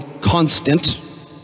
constant